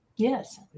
Yes